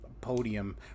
podium